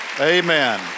Amen